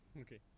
Okay